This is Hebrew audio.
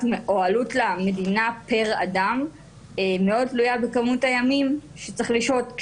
או עלות למדינה פר אדם תלויה מאוד בכמות הימים שצריך לשהות.